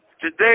Today